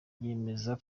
yemeza